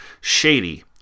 shady